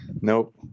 Nope